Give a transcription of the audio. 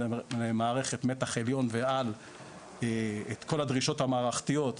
למערכת מתח עליון ואת כל הדרישות המערכתיות,